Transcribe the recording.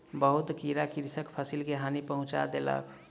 बहुत कीड़ा कृषकक फसिल के हानि पहुँचा देलक